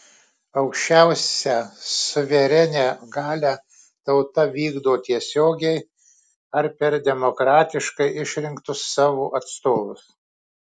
aukščiausią suverenią galią tauta vykdo tiesiogiai ar per demokratiškai išrinktus savo atstovus